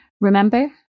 Remember